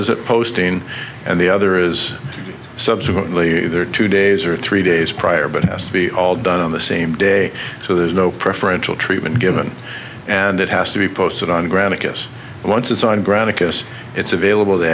that posting and the other is subsequently there two days or three days prior but it has to be all done on the same day so there's no preferential treatment given and it has to be posted on granite guess once it's on gravitas it's available t